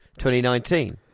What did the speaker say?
2019